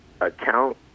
account